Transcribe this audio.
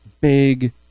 big